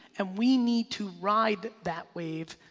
and we need to ride that wave,